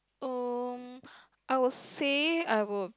um I would say I would